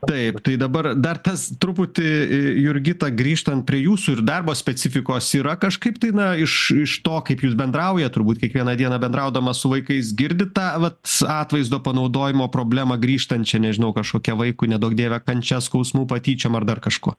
taip tai dabar dar tas truputį i jurgita grįžtant prie jūsų ir darbo specifikos yra kažkaip tai na iš iš to kaip jūs bendraujat turbūt kiekvieną dieną bendraudama su vaikais girdit tą vat s atvaizdo panaudojimo problemą grįžtančią nežinau kažkokia vaikui neduok dieve kančia skausmu patyčiom ar dar kažkuo